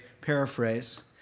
paraphrase